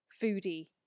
Foodie